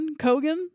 Kogan